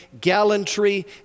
gallantry